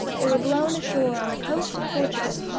they were blown ashore on the coast of portugal.